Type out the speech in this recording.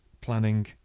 planning